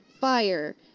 fire